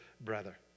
brother